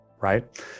right